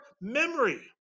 memory